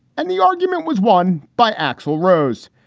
and the argument was won by axl rose.